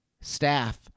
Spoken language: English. staff